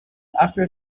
after